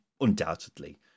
undoubtedly